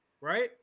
right